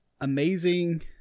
amazing